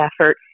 effort